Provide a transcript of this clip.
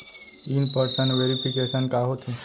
In person verification का होथे?